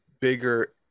bigger